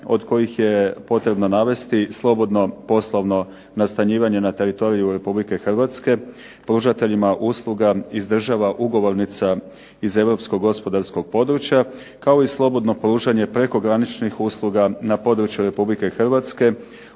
od kojih je potrebno navesti slobodno poslovno nastanjivanje na teritoriju Republike Hrvatske, pružateljima usluga iz država ugovornica iz europskog gospodarskog područja, kao i slobodno pružanje prekograničnih usluga na području Republike Hrvatske,